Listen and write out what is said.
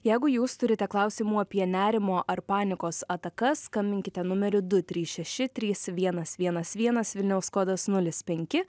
jeigu jūs turite klausimų apie nerimo ar panikos atakas skambinkite numeriu du trys šeši trys vienas vienas vienas vilniaus kodas nulis penki